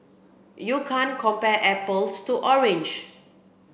you can't compare apples to orange